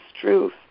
truth